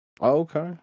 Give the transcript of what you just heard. okay